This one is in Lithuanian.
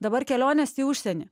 dabar kelionės į užsienį